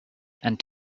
and